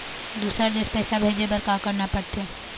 दुसर देश पैसा भेजे बार का करना पड़ते?